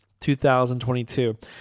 2022